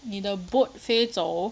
你的 boat 飞走